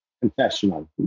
confessional